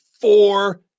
four